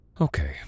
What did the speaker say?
Okay